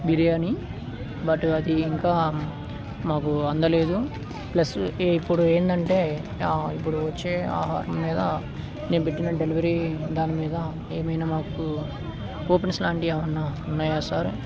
biryani but అది ఇంకా మాకు అందలేదు ప్లస్ ఇప్పుడు ఏంటంటే ఇప్పుడు వచ్చే ఆహారం మీద నేను పెట్టిన డెలివరీ దాని మీద ఏమైనా మాకు ఓపెన్స్ లాంటివి ఏమైనా ఉన్నాయా సారు